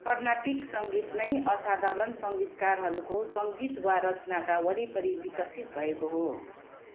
Carnatic सङ्गीत नै असाधारण सङ्गीतकारहरूको सङ्गीत वा रचनाका वरिपरि विकसित भएको हो